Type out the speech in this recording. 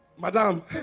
madam